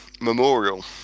memorial